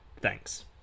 Thanks